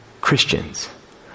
Christians